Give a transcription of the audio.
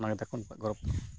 ᱚᱱᱟ ᱜᱮᱛᱟ ᱠᱚ ᱱᱩᱠᱩᱣᱟᱜ ᱜᱚᱨᱚᱵᱽ ᱫᱚ